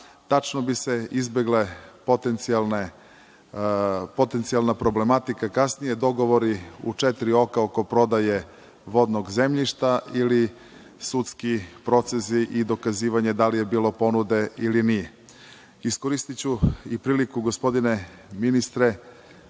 tačno bi se izbegla potencijalna problematika, kasnije dogovori u četiri oka oko prodaje vodnog zemljišta ili sudski procesi i dokazivanje da li je bilo ponude ili nije. Iskoristiću i priliku, gospodine ministre,